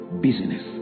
business